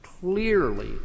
clearly